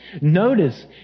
Notice